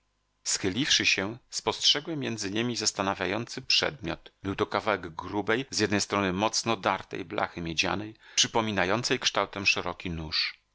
schyliwszy się spostrzegłem między niemi zastanawiający przedmiot był to kawałek grubej z jednej strony mocno zdartej blachy miedzianej przypominającej kształtem szeroki nóż